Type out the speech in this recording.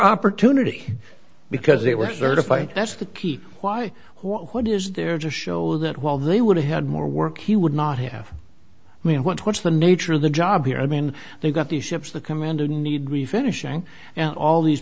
opportunity because they were certified and that's the key why what is there to show that while they would have had more work he would not have i mean what what's the nature of the job here i mean you've got the ships the command a need refinishing and all these